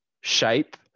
shape